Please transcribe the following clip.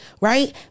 right